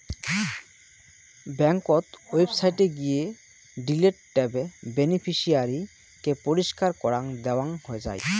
ব্যাংকোত ওয়েবসাইটে গিয়ে ডিলিট ট্যাবে বেনিফিশিয়ারি কে পরিষ্কার করাং দেওয়াং যাই